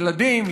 ילדים,